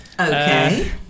Okay